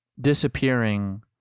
disappearing